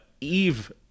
Eve